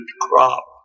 crop